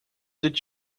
did